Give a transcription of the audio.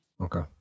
Okay